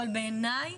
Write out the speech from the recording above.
אבל בעיניי,